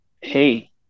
hey